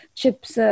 chips